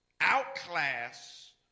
outclass